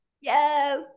yes